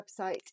website